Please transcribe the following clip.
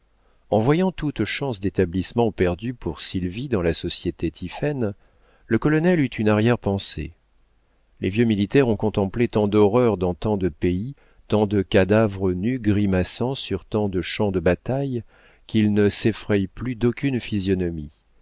en voyant toute chance d'établissement perdue pour sylvie dans la société tiphaine le colonel eut une arrière-pensée les vieux militaires ont contemplé tant d'horreurs dans tant de pays tant de cadavres nus grimaçant sur tant de champs de bataille qu'ils ne s'effraient plus d'aucune physionomie